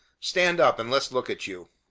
stand up and let's look at you.